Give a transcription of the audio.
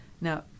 Now